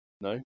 No